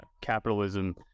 capitalism